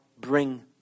bring